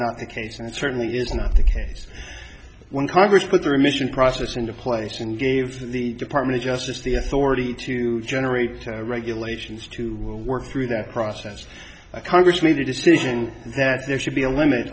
not the case and certainly is not the case when congress put their image and process into place and gave the department of justice the authority to generate regulations to work through that process congress made the decision that there should be a limit